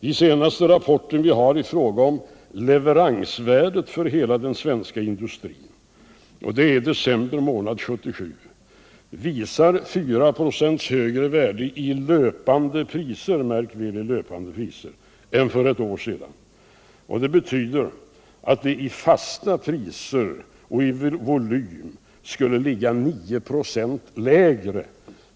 De senaste rapporter vi har i fråga om leveransvärdet för hela den svenska industrin, och det är för december månad 1977, visar 4 ". högre värde i löpande priser — märk väl löpande priser — än för ett år sedan. Det betyderatt vi i fasta priser och i volym skulle ligga 9 96 lägre.